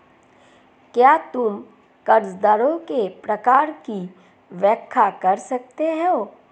क्या तुम कर्जदारों के प्रकार की व्याख्या कर सकते हो?